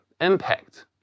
impact